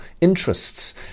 interests